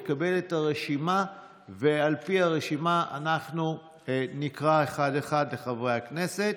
אקבל את הרשימה ועל פי הרשימה אנחנו נקרא לחברי הכנסת